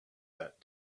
that